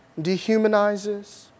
dehumanizes